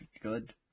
Good